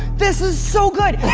this is so good!